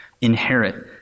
inherit